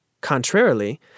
Contrarily